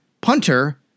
punter